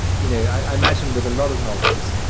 you know, i imagine with a lot of novels,